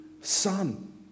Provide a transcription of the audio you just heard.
Son